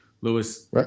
Lewis